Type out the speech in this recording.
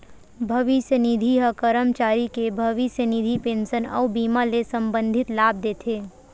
भविस्य निधि ह करमचारी के भविस्य निधि, पेंसन अउ बीमा ले संबंधित लाभ देथे